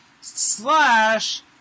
slash